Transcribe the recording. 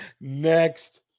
Next